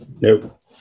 Nope